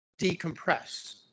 decompress